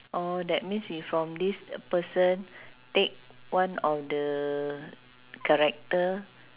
oh that means if from this person take one of the character